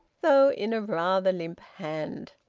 though in a rather limp hand.